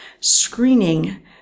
screening